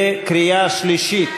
בקריאה שלישית.